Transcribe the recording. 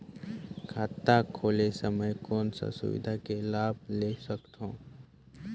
खाता खोले समय कौन का सुविधा के लाभ ले सकथव?